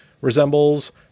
resembles